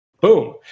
boom